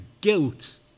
guilt